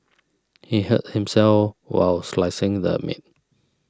he hurt himself while slicing the meat